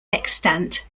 extant